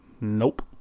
Nope